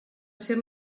ser